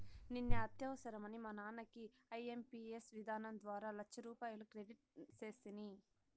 నిన్న అత్యవసరమని మా నాన్నకి ఐఎంపియస్ విధానం ద్వారా లచ్చరూపాయలు క్రెడిట్ సేస్తిని